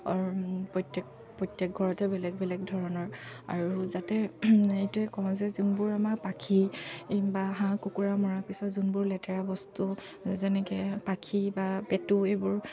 প্ৰত্যেক প্ৰত্যেক ঘৰতে বেলেগ বেলেগ ধৰণৰ আৰু যাতে এইটোৱে কওঁ যে যোনবোৰ আমাৰ পাখি বা হাঁহ কুকুৰা মৰাৰ পিছত যোনবোৰ লেতেৰা বস্তু যেনেকৈ পাখি বা পেটু এইবোৰ